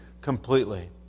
completely